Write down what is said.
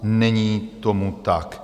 Není tomu tak.